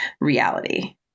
Reality